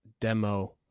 demo